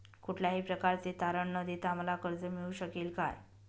कुठल्याही प्रकारचे तारण न देता मला कर्ज मिळू शकेल काय?